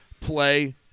play